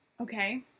okay